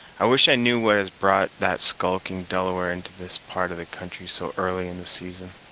i wish i knew what has brought that skulking delaware into this part of the country so early in the season,